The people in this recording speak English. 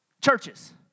churches